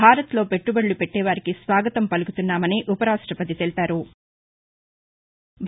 భారత్లో పెట్టుబడులు పెట్టేవారికి స్వాగతం పలుకుతున్నామని ఉపరాష్టపతి వెల్లడించారు